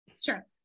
Sure